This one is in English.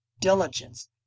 diligence